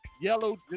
yellow